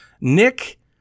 Nick